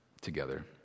together